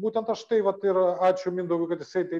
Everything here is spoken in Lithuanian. būtent aš tai vat ir ačiū mindaugui kad jisai tai